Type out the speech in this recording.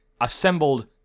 assembled